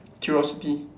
curiosity